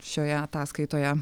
šioje ataskaitoje